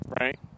Right